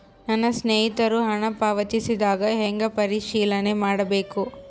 ನನ್ನ ಸ್ನೇಹಿತರು ಹಣ ಪಾವತಿಸಿದಾಗ ಹೆಂಗ ಪರಿಶೇಲನೆ ಮಾಡಬೇಕು?